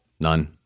None